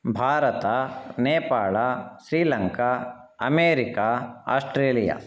Bharata Nepal Sri Lanka America Australia